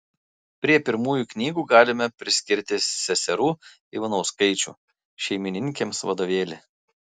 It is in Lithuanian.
prie pirmųjų knygų galime priskirti seserų ivanauskaičių šeimininkėms vadovėlį